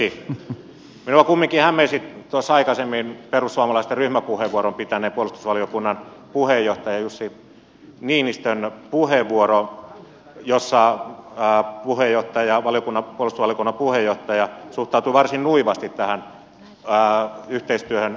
minua kumminkin hämmensi tuossa aikaisemmin perussuomalaisten ryhmäpuheenvuoron pitäneen puolustusvaliokunnan puheenjohtajan jussi niinistön puheenvuoro jossa puolustusvaliokunnan puheenjohtaja suhtautui varsin nuivasti yhteistyöhön ruotsin kanssa